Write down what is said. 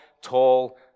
Tall